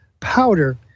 Powder